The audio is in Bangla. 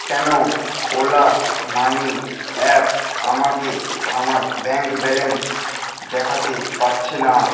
কেন ওলা মানি অ্যাপ আমাকে আমার ব্যাঙ্ক ব্যালেন্স দেখাতে পাচ্ছে না